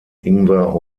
ingwer